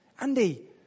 Andy